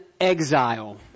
exile